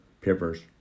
Papers